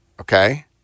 Okay